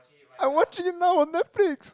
I watching now on Netflix